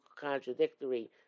contradictory